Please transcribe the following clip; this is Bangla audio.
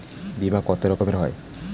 বিমা কত রকমের হয়?